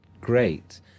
great